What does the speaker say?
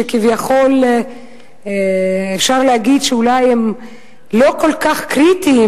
שכביכול אפשר להגיד שאולי הם לא כל כך קריטיים,